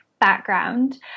background